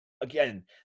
again